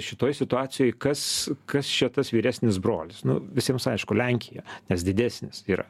šitoj situacijoj kas kas čia tas vyresnis brolis nu visiems aišku lenkija nes didesnis yra